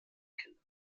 kinder